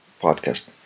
podcast